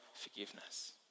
forgiveness